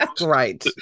Right